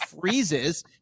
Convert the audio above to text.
freezes